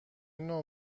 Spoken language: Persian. نوع